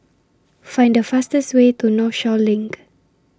Find The fastest Way to Northshore LINK